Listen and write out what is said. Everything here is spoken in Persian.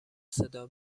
صدا